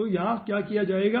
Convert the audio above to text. तो यहां क्या किया जाएगा